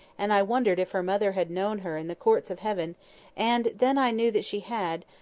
and i wondered if her mother had known her in the courts of heaven and then i knew that she had,